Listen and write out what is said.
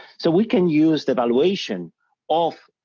so we can use the valuation of